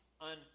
on